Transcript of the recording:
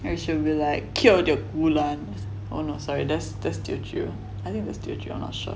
then she'll be like kiotio gulan oh not sorry that's that's teochew i think that's teochew I'm not sure